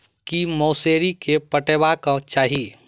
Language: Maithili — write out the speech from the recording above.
की मौसरी केँ पटेबाक चाहि?